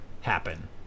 happen